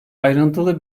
ayrıntılı